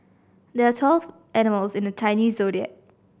there are twelve animals in the Chinese Zodiac